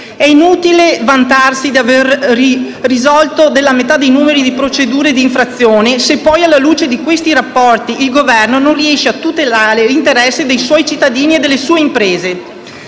È inutile vantarsi di aver risolto la metà delle procedure di infrazione se poi, alla luce di questi rapporti, il Governo non riesce a tutelare l'interesse dei suoi cittadini e delle sue imprese.